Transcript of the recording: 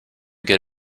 get